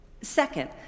Second